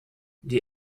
die